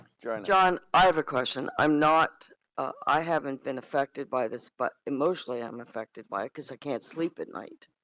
join us. john, i have a question. i'm not i haven't been affected by this but emotionally, i'm and affected by it because i can't sleep at night.